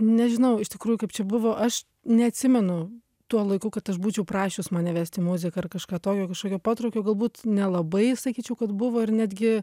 nežinau iš tikrųjų kaip čia buvo aš neatsimenu tuo laiku kad aš būčiau prašius mane vest į muziką ar kažką tokio kažkokio potraukio galbūt nelabai sakyčiau kad buvo ir netgi